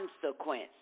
consequence